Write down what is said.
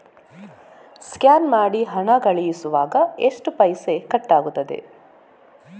Scan ಮಾಡಿ ಹಣ ಕಳಿಸುವಾಗ ಎಷ್ಟು ಪೈಸೆ ಕಟ್ಟಾಗ್ತದೆ?